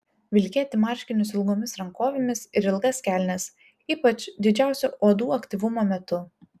vilkėti marškinius ilgomis rankovėmis ir ilgas kelnes ypač didžiausio uodų aktyvumo metu